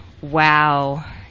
wow